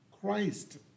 Christ